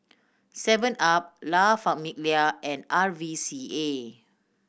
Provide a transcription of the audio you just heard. Seven Up La Famiglia and R V C A